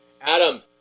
Adam